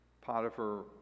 Potiphar